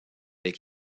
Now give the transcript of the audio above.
avec